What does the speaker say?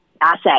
asset